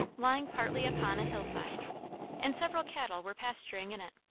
lying partly upon a hill-side and several cattle were pasturing in it.